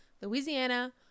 Louisiana